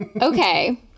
Okay